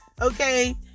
Okay